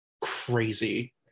Crazy